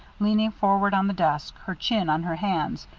leaning forward on the desk, her chin on her hands,